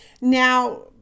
Now